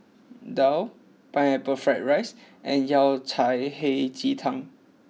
Daal Pineapple Fried Rice and Yao Cai Hei Ji Tang